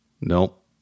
Nope